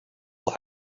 will